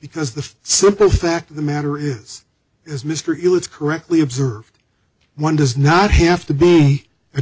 because the simple fact of the matter is as mr elites correctly observed one does not have to be a